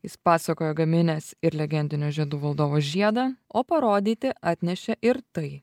jis pasakojo gaminęs ir legendinio žiedų valdovo žiedą o parodyti atnešė ir tai